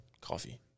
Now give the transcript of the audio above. Coffee